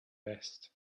best